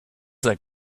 their